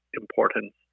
importance